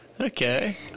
Okay